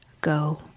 go